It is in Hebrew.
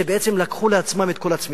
שבעצם לקחו לעצמם את כל הצמיחה.